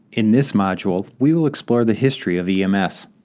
in this module, we will explore the history of ems.